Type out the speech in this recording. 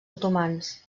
otomans